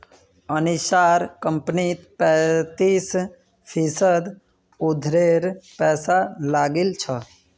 अनीशार कंपनीत पैंतीस फीसद उधारेर पैसा लागिल छ